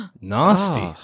nasty